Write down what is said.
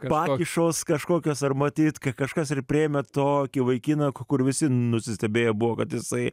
pakišos kažkokios ar matyt kad kažkas ir priėmė tokį vaikiną kur visi nusistebėjo buvo kad jisai